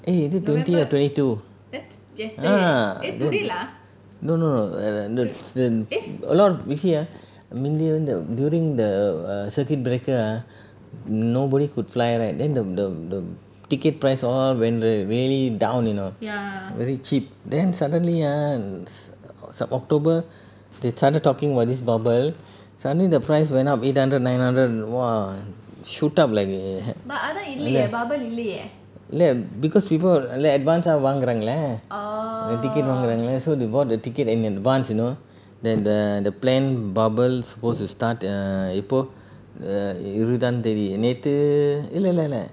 eh is it twenty or twenty two ah th~ no no no err th~ the a lot of you see ah mm முந்தி வந்து:munthi vanthu the during the circuit breaker ah nobody could fly right then the the the ticket price all went r~ really down you know very cheap then suddenly ah mm s~ october they started talking about this bubble suddenly the price went up eight hundred nine hundred !wah! shoot up like a இல்ல:illa because people இல்ல:illa advance ஆ வாங்குறாங்களே:aa vangurangale the ticket வாங்குறாங்களே:vaangurangale so they bought the ticket in advance you know that the the planned bubble supposed to start april the err இப்போ இருக்குதான்னு தெரில நேத்து இல்ல இல்ல:ipo irukuthaanu therila nethu illa illa